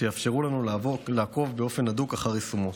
שיאפשרו לנו לעקוב באופן הדוק אחר יישומו.